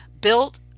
built